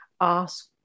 ask